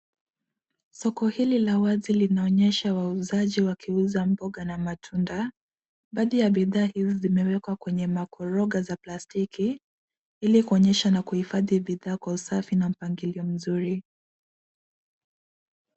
Soko hili la wazi linaonyesha wauzaji wakiuza mboga na matunda baadhi ya bidhaa hizo zimewekwa kwenye makoroga za plastiki ili kuonyesha na kuhifadhi bidhaa kwa usafi na mpangilio mzuri.